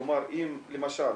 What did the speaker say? כלומר אם למשל